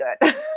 good